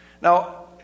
Now